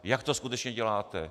Jak to skutečně děláte?